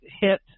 hit